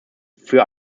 für